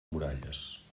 muralles